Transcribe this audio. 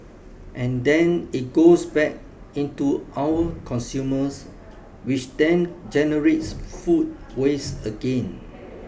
and then it goes back into our consumers which then generates food waste again